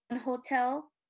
hotel